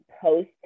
post